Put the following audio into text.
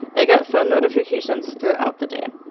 i get phone notifications throughout the day.